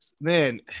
man